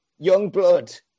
Youngblood